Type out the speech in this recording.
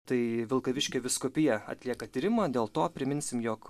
tai vilkaviškio vyskupija atlieka tyrimą dėl to priminsim jog